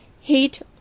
Heat